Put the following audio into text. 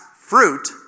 fruit